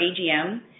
AGM